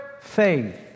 faith